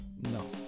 no